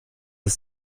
ist